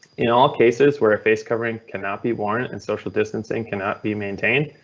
in all cases where a face covering cannot be worn and social distancing cannot be maintained,